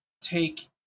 take